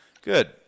Good